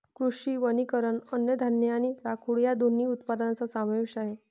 कृषी वनीकरण अन्नधान्य आणि लाकूड या दोन्ही उत्पादनांचा समावेश आहे